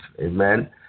Amen